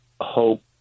hope